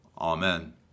Amen